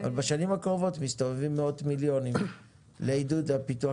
בשנים הקרובות מסתובבים מאות מיליונים לעידוד הפיתוח